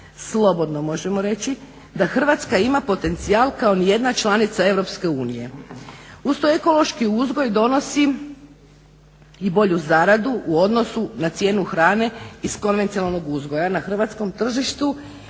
slobodno možemo reći da Hrvatska ima potencijal kao nijedna članica EU. Uz to ekološki uzgoj donosi i bolju zaradu u odnosu na cijenu hrane iz konvencionalnog uzgoja. A na hrvatskom tržištu